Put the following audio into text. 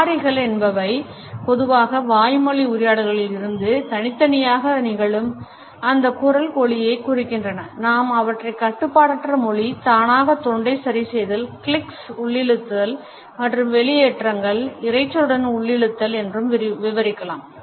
மாறிகள் என்பவை பொதுவாக வாய்மொழி உரையாடல்களில் இருந்து தனித்தனியாக நிகழும் அந்த குரல் ஒலிகளைக் குறிக்கின்றன நாம் அவற்றை கட்டுப்பாடற்ற மொழி தானாக தொண்டை சரிசெய்தல்clicksஉள்ளிழுத்தல்கள் மற்றும் வெளியேற்றங்கள் இரைச்சலுடன் உள்ளிழுத்தல்கள் என்றும் விவரிக்கலாம்